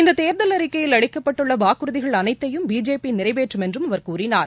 இந்த தேர்தல் அறிக்கையில் அளிக்கப்பட்டுள்ள வாக்குறுதிகள் அனைத்தையும் பிஜேபி நிறைவேற்றும் என்றும் அவர் கூறினார்